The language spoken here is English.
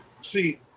See